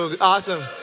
awesome